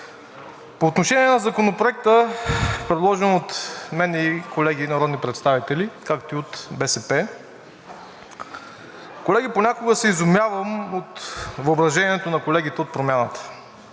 По отношение на Законопроекта, предложен от мен и колеги народни представители, както и БСП, понякога се изумявам от въображението на колегите от Промяната.